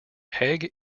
hague